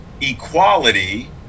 equality